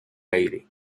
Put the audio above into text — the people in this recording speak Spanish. aire